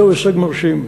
זה הישג מרשים,